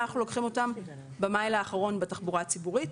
ואנחנו לוקחים אותם במייל האחרון בתחבורה הציבורית.